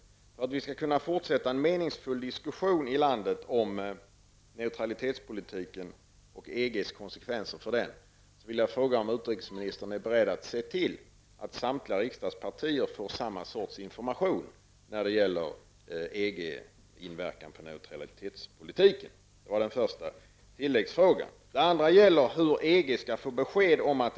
För att vi i landet skall kunna fortsätta en meningsfull diskussion om neutralitetspolitiken och EGs konsekvenser för denna är det nödvändigt att utrikesministern ser till att samtliga riksdagspartier får samma sorts information vad gäller EGs inverkan på neutralitetspolitiken. Min första fråga är om utrikesministern kan bekräfta detta.